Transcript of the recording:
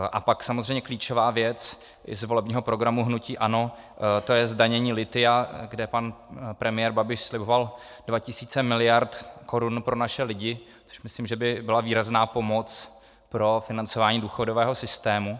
A pak samozřejmě klíčová věc z volebního programu hnutí ANO je zdanění lithia, kde pan premiér Babiš sliboval dva tisíce miliard korun pro naše lidi, což myslím, že by byla výrazná pomoc pro financování důchodového systému.